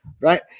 right